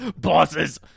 Bosses